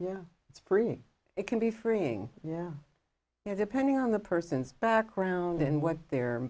it's freeing it can be freeing yeah yeah depending on the person's background and what their